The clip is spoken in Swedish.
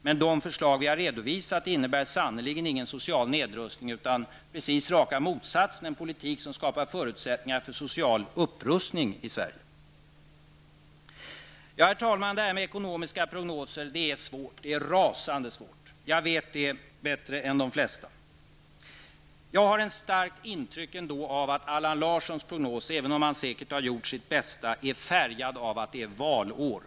Men de förslag som vi har redovisat innebär sannerligen ingen social nedrustning utan precis raka motsatsen, dvs. en politik som skapar förutsättningar för en social upprustning i Sverige. Herr talman! Det här med ekonomiska prognoser är rasande svårt. Jag vet det bättre än de flesta. Jag har ändå ett starkt intryck av att Allan Larssons prognos, även om han säkert har gjort sitt bästa, är färgad av att det är valår.